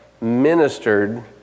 ministered